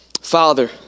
Father